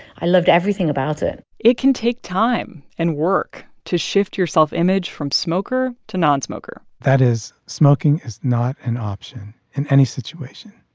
i loved everything about it it can take time and work to shift your self-image from smoker to nonsmoker that is, smoking is not an option in any situation.